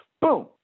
boom